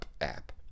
app